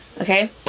Okay